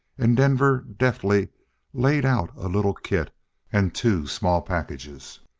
and denver deftly laid out a little kit and two small packages.